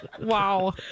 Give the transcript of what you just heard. Wow